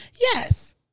yes